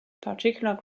particular